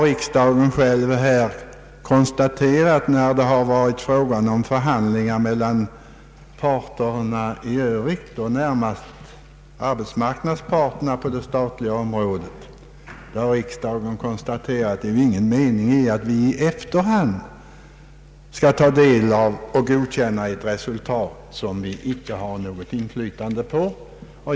Riksdagen har själv när det varit fråga om förhandlingar, närmast mellan = arbetsmarknadens parter på det statliga området, konstaterat att det inte är någon mening med att vi i efterhand skall ta del av och godkänna ett resultat som vi icke har något inflytande på.